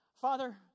Father